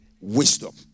Wisdom